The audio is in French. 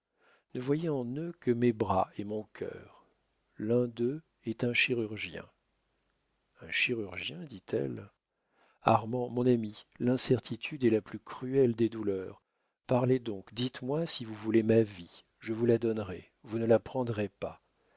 ne voyez en eux que mes bras et mon cœur l'un d'eux est un chirurgien un chirurgien dit-elle armand mon ami l'incertitude est la plus cruelle des douleurs parlez donc dites-moi si vous voulez ma vie je vous la donnerai vous ne la prendrez pas